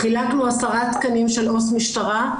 חילקנו עשרה תקנים של עו"ס משטרה,